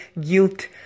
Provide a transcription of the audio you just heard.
guilt